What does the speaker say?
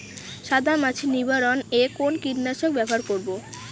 সাদা মাছি নিবারণ এ কোন কীটনাশক ব্যবহার করব?